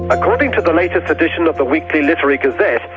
according to the latest edition of the weekly literary gazette,